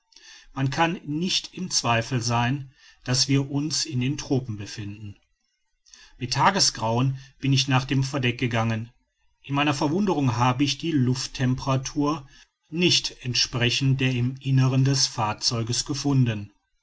man kann nicht im zweifel sein daß wir uns in den tropen befinden mit tagesgrauen bin ich nach dem verdeck gegangen in meiner verwunderung habe ich die lufttemperatur nicht entsprechend der im inneren des fahrzeuges gefunden